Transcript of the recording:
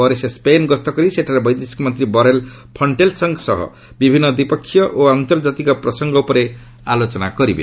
ପରେ ସେ ସ୍କେନ୍ ଗସ୍ତ କରି ସେଠାରେ ବୈଦେଶିକ ମନ୍ତ୍ରୀ ବରେଲ୍ ଫଣ୍ଟେଲ୍ସ୍ଙ୍କ ସହ ବିଭିନ୍ନ ଦ୍ୱିପାକ୍ଷିକ ଓ ଆନ୍ତର୍ଜାତିକ ପ୍ରସଙ୍ଗ ଉପରେ ଆଲୋଚନା କରିବେ